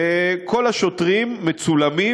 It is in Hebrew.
וכל השוטרים מצולמים,